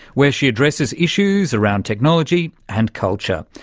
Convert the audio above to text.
where she addresses issues around technology and culture.